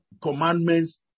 commandments